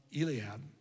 Eliab